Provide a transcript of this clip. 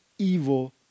evil